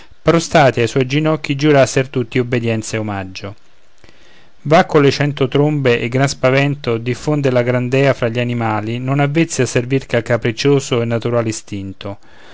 prostrati a suoi ginocchi giurasser tutti obbedienza e omaggio va colle cento trombe e gran spavento diffonde la gran dea fra gli animali non avvezzi a servir che al capriccioso e natural istinto